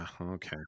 Okay